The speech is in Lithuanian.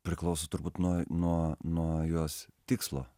priklauso turbūt nuo nuo nuo jos tikslo